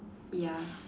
ya